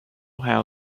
how